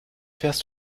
fährst